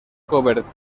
cobert